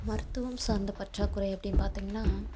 மருத்துவம் சார்ந்த பற்றாக்குறை அப்படினு பார்த்தீங்கன்னா